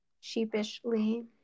sheepishly